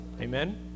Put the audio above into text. amen